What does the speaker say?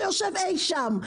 שיושב אי-שם.